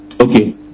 Okay